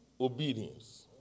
Obedience